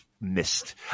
missed